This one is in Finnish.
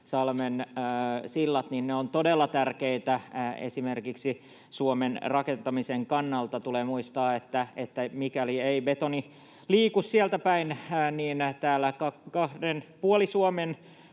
sillat ovat todella tärkeitä esimerkiksi Suomen rakentamisen kannalta. Tulee muistaa, että mikäli ei betoni liiku sieltäpäin, niin täällä puolen